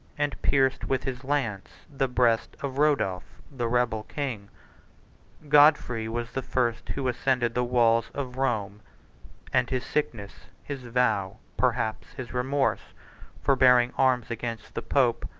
and pierced with his lance the breast of rodolph, the rebel king godfrey was the first who ascended the walls of rome and his sickness, his vow, perhaps his remorse for bearing arms against the pope,